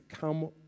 come